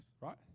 right